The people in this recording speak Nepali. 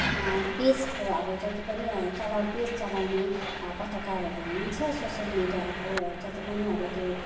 पेजको अब जति पनि चलाउ पेज चलाउने पत्रकारहरू हुनुहुन्छ सोसियल मिडियाको जति पनि अब त्यो